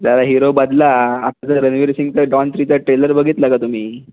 जरा हिरो बदला आपल्या रणवीर सिंगचा डॉन थ्रीचा ट्रेलर बघितला का तुम्ही